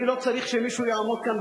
אני לא צריך שמישהו יעמוד כאן,